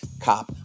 Cop